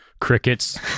crickets